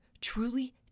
truly